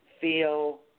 feel